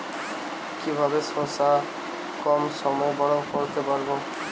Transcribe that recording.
কিভাবে শশা কম সময়ে বড় করতে পারব?